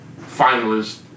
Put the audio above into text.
finalist